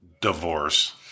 divorce